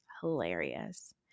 Hilarious